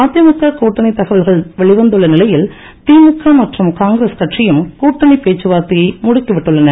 அதிமுக கூட்டணி தகவல்கள் வெளிவந்துள்ள நிலையில் திமுக மற்றும் காங்கிரஸ் கட்சியும் கூட்டணி பேச்சுவார்த்தையை முடுக்கி விட்டுள்ளன